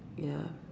ya